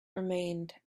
remained